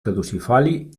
caducifoli